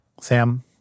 Sam